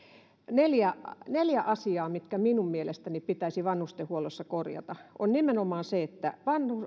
annan teille neljä asiaa mitkä minun mielestäni pitäisi vanhustenhuollossa korjata on nimenomaan se että